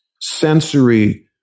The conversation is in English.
sensory